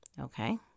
Okay